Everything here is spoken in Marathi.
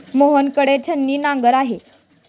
मोहन कडे छिन्नी नांगर आहे